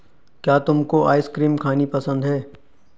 क्या तुमको आइसक्रीम खानी पसंद है?